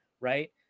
right